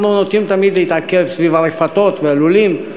אנחנו נוטים תמיד להתעכב סביב הרפתות והלולים,